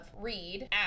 read